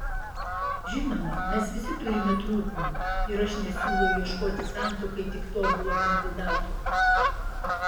žinoma mes visi turime trūkumų ir aš nesiūlau ieškoti santuokai tik tobulo kandidato